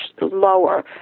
lower